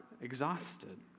exhausted